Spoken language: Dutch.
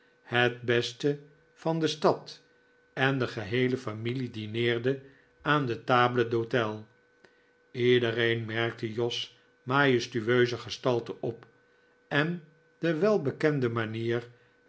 het beste van de stad en de geheele familie dineerde aan de table d'hote iedereen merkte jos majestueuze gestalte op en de welbekende manier